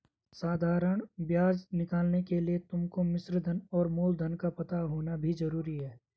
साधारण ब्याज निकालने के लिए तुमको मिश्रधन और मूलधन का पता होना भी जरूरी है